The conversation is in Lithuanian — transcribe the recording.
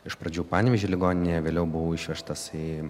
iš pradžių panevėžio ligoninėje vėliau buvau išvežtas į